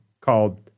called –